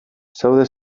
zaude